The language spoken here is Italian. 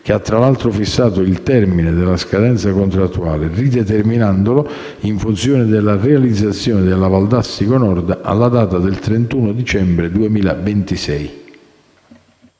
che ha tra l'altro fissato il termine della scadenza contrattuale rideterminandolo, in funzione della realizzazione della Valdastico Nord, al 31 dicembre 2026.